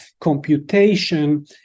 computation